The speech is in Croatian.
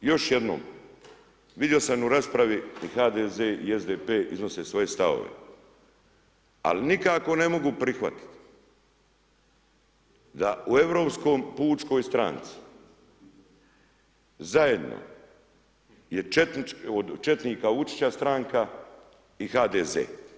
Još jednom vidio sam u raspravi i HDZ i SDP iznose svoje stavove, ali nikako ne mogu prihvatiti da u Europskoj pučkoj stranci zajedno je od četnika Vučića stranka i HDZ.